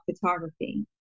photography